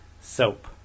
Soap